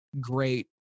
great